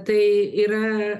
tai yra